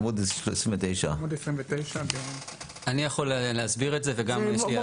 עמוד 29. אני יכול להסביר את זה וגם יש לי הערה על זה.